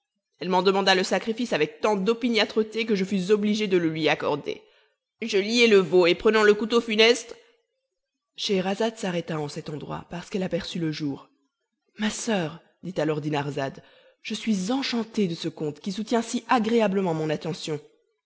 elle m'en demanda le sacrifice avec tant d'opiniâtreté que je fus obligé de le lui accorder je liai le veau et prenant le couteau funeste scheherazade s'arrêta en cet endroit parce qu'elle aperçut le jour ma soeur dit alors dinarzade je suis enchantée de ce conte qui soutient si agréablement mon attention